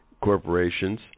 corporations